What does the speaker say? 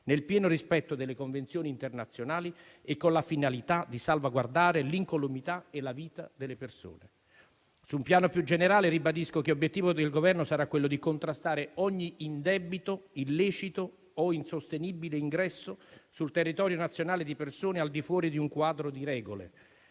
nel pieno rispetto delle convenzioni internazionali e con la finalità di salvaguardare l'incolumità e la vita delle persone. Su un piano più generale, ribadisco che obiettivo del Governo sarà quello di contrastare ogni indebito illecito o insostenibile ingresso sul territorio nazionale di persone al di fuori di un quadro di regole.